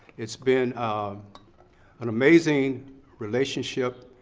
it's been um an amazing relationship,